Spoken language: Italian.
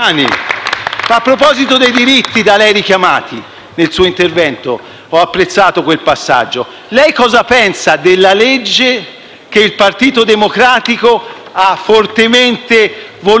A proposito dei diritti da lei richiamati nel suo intervento (ho apprezzato quel passaggio), cosa pensa di una legge che il Partito Democratico ha fortemente voluto